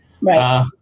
Right